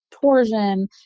torsion